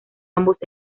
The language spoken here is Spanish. ambos